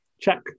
check